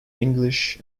english